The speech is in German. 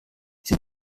sie